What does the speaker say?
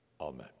Amen